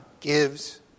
gives